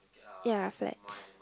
ya flats